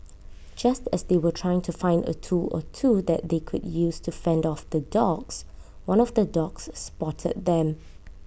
just as they were trying to find A tool or two that they could use to fend off the dogs one of the dogs spotted them